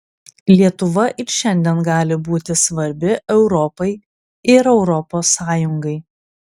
lietuva ir šiandien gali būti svarbi europai ir europos sąjungai